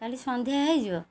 କାଲି ସନ୍ଧ୍ୟା ହେଇଯିବ